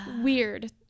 weird